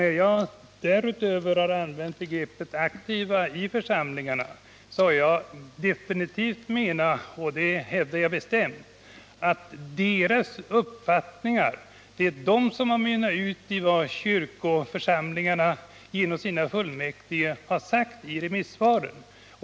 När jag därutöver har använt begreppet aktiva i församlingarna har jag definitivt menat — och att det är så hävdar jag bestämt — att deras uppfattningar har utmynnat i vad kyrkoförsamlingarna genom sina fullmäktige har anfört i remissvaren.